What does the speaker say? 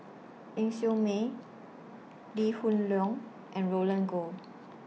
Ling Siew May Lee Hoon Leong and Roland Goh